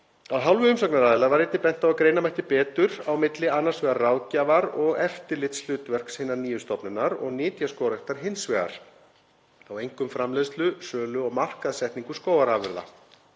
Af hálfu umsagnaraðila var einnig bent á að greina mætti betur á milli annars vegar ráðgjafar og eftirlitshlutverks hinnar nýju stofnunar og nytjaskógræktar hins vegar, þá einkum framleiðslu, sölu og markaðssetningu skógarafurða.